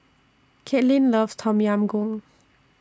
Katlynn loves Tom Yam Goong